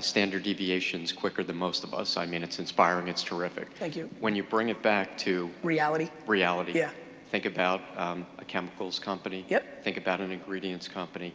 standard deviations quicker than most of us. i mean, it's inspiring, it's terrific. thank you. when you bring it back to reality? reality, yeah think about a chemicals company, yeah think about an ingredients company,